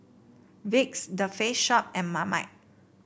Vicks The Face Shop and Marmite